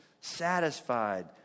satisfied